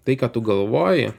tai ką tu galvoji